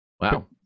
Wow